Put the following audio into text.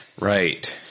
Right